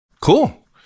cool